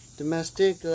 domestic